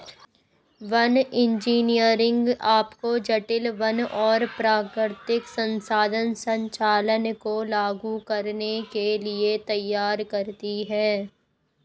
one engineering आपको जटिल वन और प्राकृतिक संसाधन संचालन को लागू करने के लिए तैयार करती है